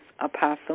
Apostle